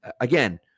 Again